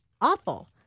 awful